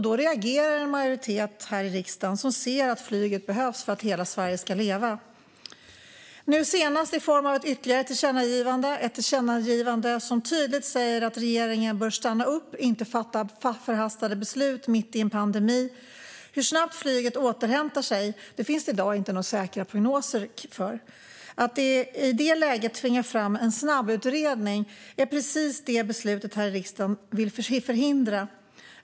Då reagerar den majoritet här i riksdagen som ser att flyget behövs för att hela Sverige ska leva. Nu senast skedde det i form av ytterligare ett tillkännagivande, som tydligt säger att regeringen bör stanna upp och inte fatta förhastade beslut mitt i en pandemi. Hur snabbt flyget återhämtar sig finns det i dag inte några säkra prognoser för. Att i det läget tvinga fram en snabbutredning är precis det som beslutet här i riksdagen vill förhindra.